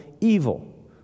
evil